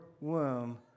womb